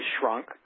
shrunk